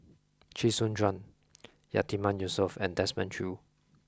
Chee Soon Juan Yatiman Yusof and Desmond Choo